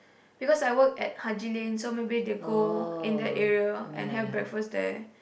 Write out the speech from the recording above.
because I work at Haji Lane so maybe they go in that area and have breakfast there